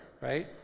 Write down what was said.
right